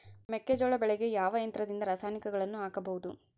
ಮೆಕ್ಕೆಜೋಳ ಬೆಳೆಗೆ ಯಾವ ಯಂತ್ರದಿಂದ ರಾಸಾಯನಿಕಗಳನ್ನು ಹಾಕಬಹುದು?